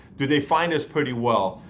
do they find this pretty well?